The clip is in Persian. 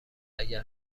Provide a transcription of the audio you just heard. اگر